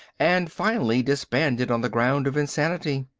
and finally disbanded on the ground of insanity.